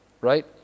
right